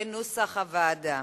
כנוסח הוועדה.